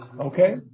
Okay